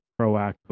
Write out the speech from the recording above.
proactive